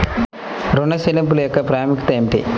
ఋణ చెల్లింపుల యొక్క ప్రాముఖ్యత ఏమిటీ?